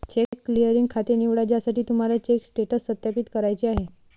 check clearing खाते निवडा ज्यासाठी तुम्हाला चेक स्टेटस सत्यापित करायचे आहे